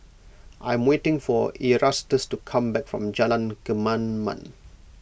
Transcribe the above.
I am waiting for Erastus to come back from Jalan Kemaman